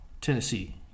Tennessee